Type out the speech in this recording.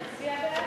תצביע בעד.